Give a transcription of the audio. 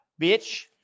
bitch